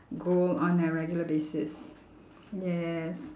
gold on a regular basis yes